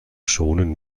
schonen